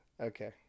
Okay